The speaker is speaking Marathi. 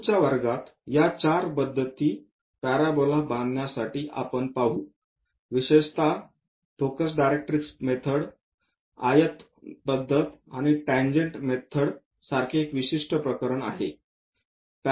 आणि पुढच्या वर्गात या चार पद्धती पॅराबोला बांधण्यासाठी आपण पाहू विशेषत फोकस डायरेक्ट्रिक्स मेथड आयत पद्धत आणि टॅन्जंट मेथड सारखे एक विशिष्ट प्रकरण आहे